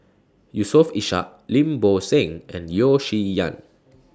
Yusof Ishak Lim Bo Seng and Yeo Shih Yun